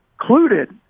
included